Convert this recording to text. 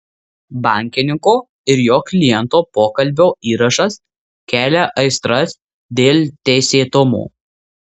bankininko ir jo kliento pokalbio įrašas kelia aistras dėl teisėtumo